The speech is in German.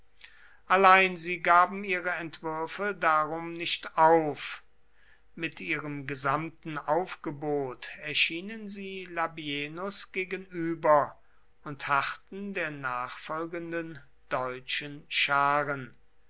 allein sie gaben ihre entwürfe darum nicht auf mit ihrem gesamten aufgebot erschienen sie labienus gegenüber und harrten der nachfolgenden deutschen scharen